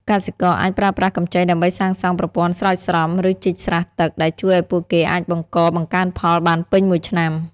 កសិករអាចប្រើប្រាស់កម្ចីដើម្បីសាងសង់ប្រព័ន្ធស្រោចស្រព ឬជីកស្រះទឹក ដែលជួយឱ្យពួកគេអាចបង្កបង្កើនផលបានពេញមួយឆ្នាំ។